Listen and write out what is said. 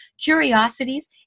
curiosities